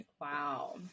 Wow